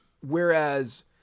whereas